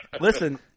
listen